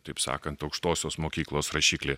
taip sakant aukštosios mokyklos rašiklį